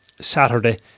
Saturday